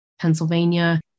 Pennsylvania